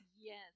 Yes